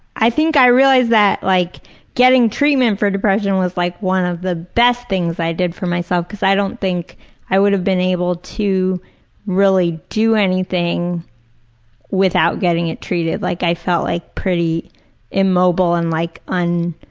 i think i realized that like getting treatment for depression was like one of the best things i did for myself because i don't think i would have been able to really do anything without getting it treated. like i felt like pretty immobile and like